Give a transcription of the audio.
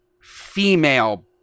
Female